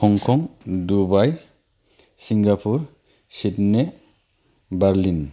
Hong Kong Dubai Singapore Sydney Berlin